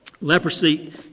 leprosy